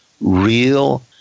real